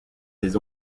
des